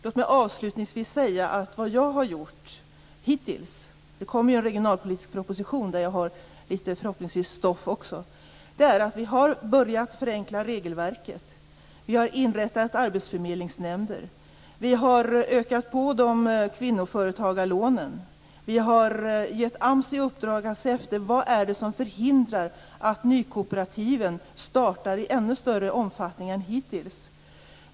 Låt mig avslutningsvis säga att det kommer en regionalpolitisk proposition, där jag förhoppningsvis också har fått med litet stoff. Det vi har gjort hittills är att vi har börjat förenkla regelverket. Vi har inrättat arbetsförmedlingsnämnder. Vi har ökat kvinnoföretagarlånen. Vi har givit AMS i uppdrag att se efter vad det är som förhindrar att man startar nykooperativ i ännu större omfattning än hittills.